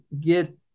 get